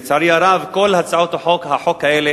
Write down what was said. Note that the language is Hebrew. לצערי הרב, כל הצעות החוק האלה